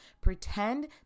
Pretend